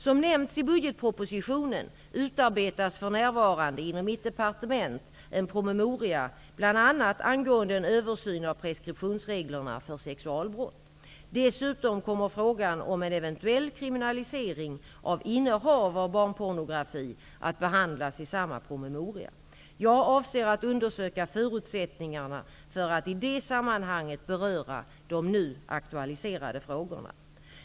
Som nämnts i budgetpropositionen utarbetas för närvarande inom mitt departement en promemoria bl.a. angående en översyn av preskriptionsreglerna för sexualbrott. Dessutom kommer frågan om en eventuell kriminalisering av innehav av barnpornografi att behandlas i samma promemoria. Jag avser att undersöka förutsättningarna för att i det sammanhanget beröra de nu aktualiserade frågorna.